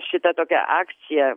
šita tokia akcija